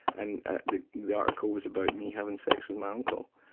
and ah the the article was about me having sex with my uncle.